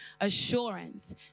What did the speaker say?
assurance